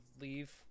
leave